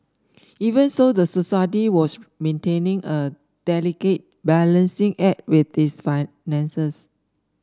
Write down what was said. even so the society was maintaining a delicate balancing act with its finances